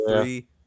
three